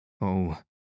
Oh